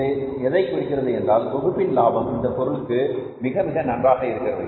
இது எதை குறிக்கிறது என்றால் தொகுப்பின் லாபம் இந்தப் பொருளுக்கு மிக மிக நன்றாக இருக்கிறது